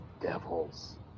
devil's